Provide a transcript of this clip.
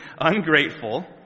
ungrateful